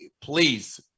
please